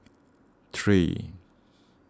three